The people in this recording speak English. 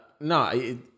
No